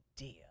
idea